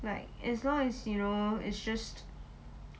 like as long as you know it's just